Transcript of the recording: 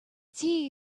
tea